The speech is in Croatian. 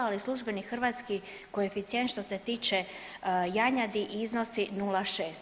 Ovaj službeni hrvatski koeficijent što se tiče janjadi iznosi 0,6.